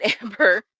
Amber